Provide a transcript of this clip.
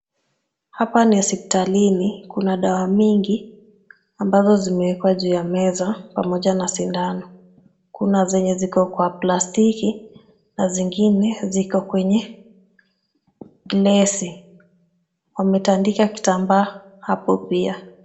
Hapa ni hospitalini, kuna dawa mingi ambazo zimewekwa juu ya meza pamoja na sindano. Kuna zenye ziko kwa plastiki na zingine ziko kwenye glesi. Wametandika kitambaa hapo pia.